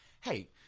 hey